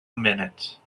minutes